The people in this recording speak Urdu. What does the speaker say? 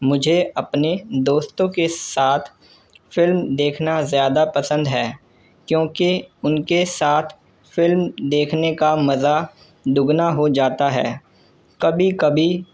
مجھے اپنے دوستوں کے ساتھ فلم دیکھنا زیادہ پسند ہے کیونکہ ان کے ساتھ فلم دیکھنے کا مزہ دوگنا ہو جاتا ہے کبھی کبھی